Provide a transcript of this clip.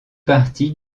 parties